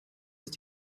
ist